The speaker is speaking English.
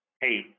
hey